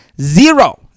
Zero